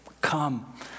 come